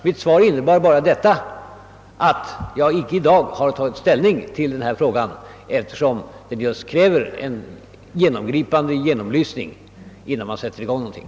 Mitt svar innebär bara, att jag inte i dag har tagit ställning till den här frågan, eftersom det just krävs en genomgripande genomlysning innan man sätter i gång någonting.